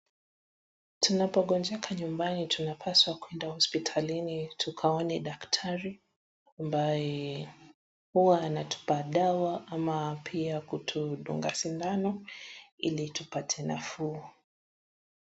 Tunapogonjeka nyumbani tunapaswa kwenda hospitalini tukaone daktari, ambaye huwa anatupa dawa ama pia kutudunga sindano ili tupate nafuu.